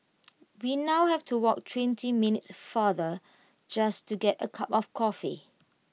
we now have to walk twenty minutes farther just to get A cup of coffee